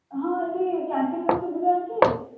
ହଁ ଏ'ଠି କ୍ୟାଣ୍ଟିନର ସୁବିଧା ଅଛି